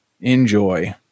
enjoy